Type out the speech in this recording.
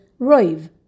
roiv